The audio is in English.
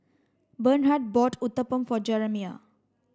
Bernhard bought Uthapam for Jeramiah